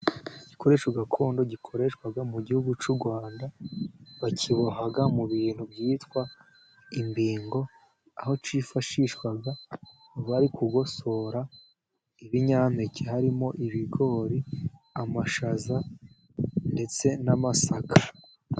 Igikoresho gakondo gikoreshwa mu gihugu cy'u Rwanda . Bakiboha mu bintu byitwa imbingo ,aho cyifashishwa bari kugosora ibinyampeke ,harimo ibigori, amashaza ndetse n'amasaka.